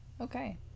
Okay